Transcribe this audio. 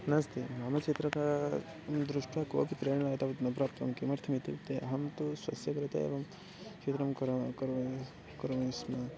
नास्ति मम चित्रकां दृष्ट्वा कोपि प्रेरणाम् अथवा न प्राप्तं किमर्थमित्युक्ते अहं तु स्वस्य कृते एवं चित्रं करो करोमि करोमि स्म